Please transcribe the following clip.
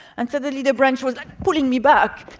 and suddenly the branch was like pulling me back.